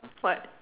what